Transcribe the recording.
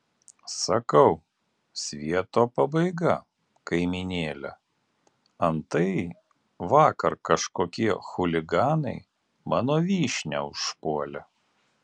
sakau svieto pabaiga kaimynėle antai vakar kažkokie chuliganai mano vyšnią užpuolė